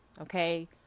okay